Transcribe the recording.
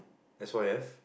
S_Y_F